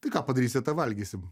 tai ką padarysi tą valgysim